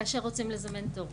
כאשר רוצים לזמן תור,